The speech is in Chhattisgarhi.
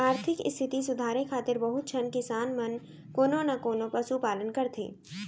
आरथिक इस्थिति सुधारे खातिर बहुत झन किसान मन कोनो न कोनों पसु पालन करथे